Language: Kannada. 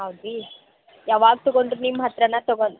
ಹೌದ್ ರೀ ಯಾವಾಗ ತೊಗೊಂಡರು ನಿಮ್ಮ ಹತ್ರನೇ ತಗೋ